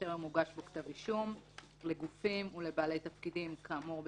שטרם הוגש בו כתב אישום לגופים ולבעלי תפקידים כאמור בסעיפים"